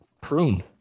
prune